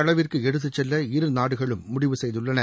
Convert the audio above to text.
அளவிற்கு எடுத்து செல்ல இருநாடுகளும் முடிவு செயதுள்ளன